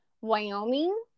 Wyoming